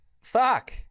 Fuck